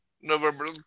November